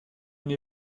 une